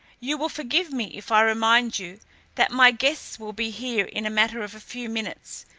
you will forgive me if i remind you that my guests will be here in a matter of a few minutes,